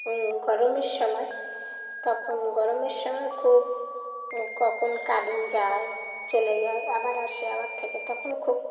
গরমের সময় তখন গরমের সময় খুব কখন কারেন্ট যায় চলে যায় আবার আসে আবার থাকে তখন খুব